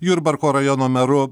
jurbarko rajono meru